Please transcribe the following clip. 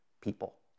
people